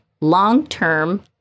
Long-term